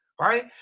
Right